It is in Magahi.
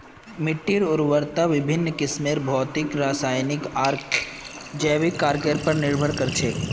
मिट्टीर उर्वरता विभिन्न किस्मेर भौतिक रासायनिक आर जैविक कारकेर पर निर्भर कर छे